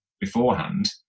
beforehand